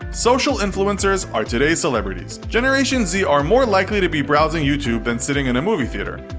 social influencers are today's celebrities. generation z are more likely to be browsing youtube than sitting in a movie theatre.